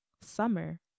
Summer